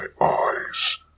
eyes